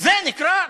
זה נקרא,